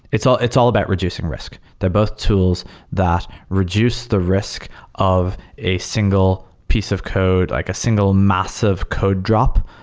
it's it's all about reducing risk. they're both tools that reduce the risk of a single piece of code, like a single massive code drop,